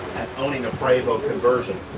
owning a prevost conversion,